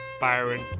Byron